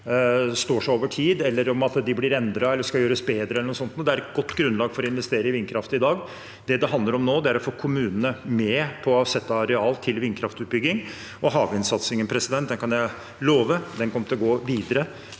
står seg over tid, om de blir endret eller skal gjøres bedre. Det er et godt grunnlag for å investere i vindkraft i dag. Det det handler om nå, er å få kommunene med på å sette av areal til vindkraftutbygging. Havvindsatsingen kan jeg love kommer til å gå videre,